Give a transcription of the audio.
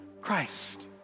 Christ